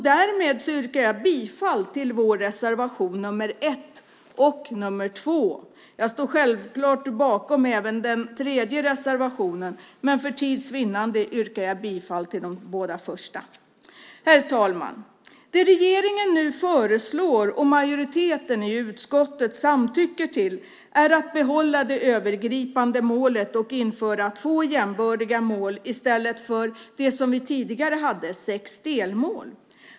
Därmed yrkar jag bifall till reservationerna 1 och 2. Jag står självklart bakom även den tredje reservationen, men för tids vinnande yrkar jag bifall till de båda första. Herr talman! Det regeringen nu föreslår och majoriteten i utskottet samtycker till är att behålla det övergripande målet och införa två jämbördiga mål i stället för det vi tidigare hade, sex delmål.